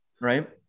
Right